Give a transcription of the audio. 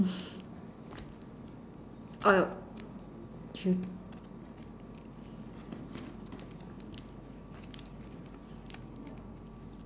oh